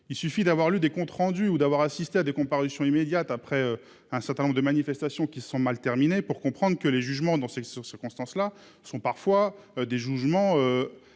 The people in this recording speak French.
Il suffit d'avoir lu des comptes rendus ou d'avoir assisté à des comparutions immédiates. Après un certain nombre de manifestations qui se sont mal terminées pour comprendre que les jugements dans c'est sur circonstances là sont parfois des jugements.